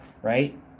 Right